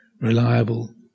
reliable